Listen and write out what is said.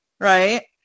right